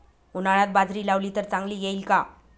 उन्हाळ्यात बाजरी लावली तर चांगली येईल का?